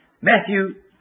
Matthew